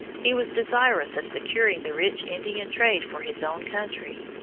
he was desirous of securing the rich indian trade for his own country.